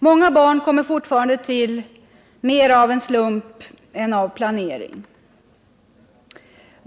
Många barn kommer fortfarande till mer av en slump än av planering.